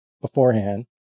beforehand